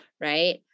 right